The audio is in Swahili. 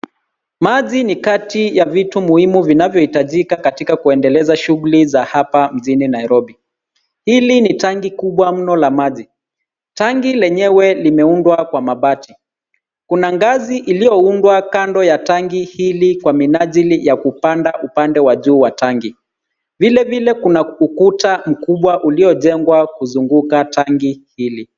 Maji ni kati ya vitu muhimu vinavyohitajika katika kuendeleza shughuli za hapa mjini Nairobi. Hili ni tangi kubwa mno la maji. Tangi lenyewe limeundwa kwa mabati. Kuna ngazi iliyoundwa kando ya tangi hili kwa minajili ya kupanda upande wa juu wa tangi. Vile vile kuna ukuta mkubwa uliojengwa kuzunguka tangi hili.